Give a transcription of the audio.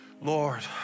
Lord